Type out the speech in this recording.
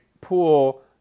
pool